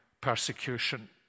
persecution